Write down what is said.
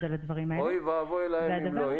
אוי ואבוי להן אם לא.